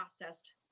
processed